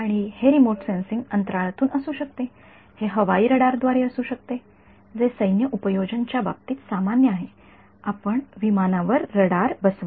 आणि हे remote sensing अंतराळातून असू शकते हे हवाई रडारद्वारे देखील असू शकते जे सैन्य उपयोजन च्या बाबतीत सामान्य आहे आपण विमानावर रडार बसवा